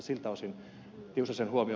siltä osin ed